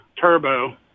turbo